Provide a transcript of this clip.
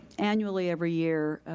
annually, every year,